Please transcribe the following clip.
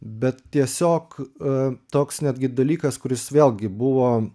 bet tiesiog toks netgi dalykas kuris vėlgi buvo